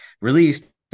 released